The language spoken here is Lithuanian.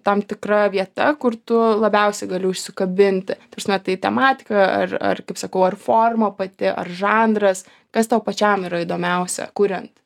tam tikra vieta kur tu labiausiai gali užsikabinti ta prasme tai tematika ar ar kaip sakau ar forma pati ar žanras kas tau pačiam yra įdomiausia kuriant